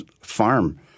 farm